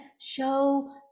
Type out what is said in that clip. show